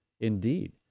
Indeed